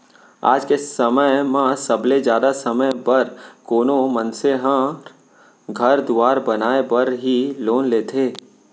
आज के समय म सबले जादा समे बर कोनो मनसे ह घर दुवार बनाय बर ही लोन लेथें